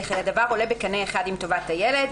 וכי הדבר עולה בקנה אחד עם טובת הילד,